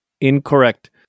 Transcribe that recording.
Incorrect